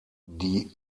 die